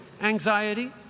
anxiety